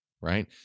right